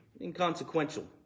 inconsequential